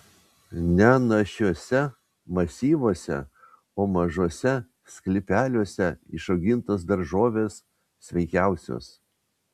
ne našiuose masyvuose o mažuose sklypeliuose išaugintos daržovės sveikiausios